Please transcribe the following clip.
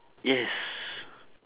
yes